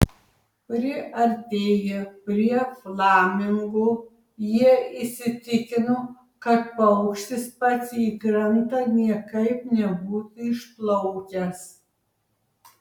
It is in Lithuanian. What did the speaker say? priartėję prie flamingo jie įsitikino kad paukštis pats į krantą niekaip nebūtų išplaukęs